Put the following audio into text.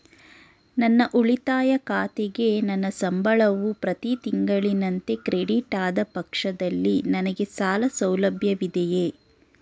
ನನ್ನ ಉಳಿತಾಯ ಖಾತೆಗೆ ನನ್ನ ಸಂಬಳವು ಪ್ರತಿ ತಿಂಗಳಿನಂತೆ ಕ್ರೆಡಿಟ್ ಆದ ಪಕ್ಷದಲ್ಲಿ ನನಗೆ ಸಾಲ ಸೌಲಭ್ಯವಿದೆಯೇ?